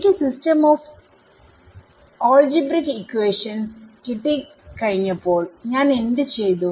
എനിക്ക് system of algebraic ഇക്വേഷൻസ്കിട്ടി കഴിഞ്ഞപ്പോൾ ഞാൻ എന്ത് ചെയ്തു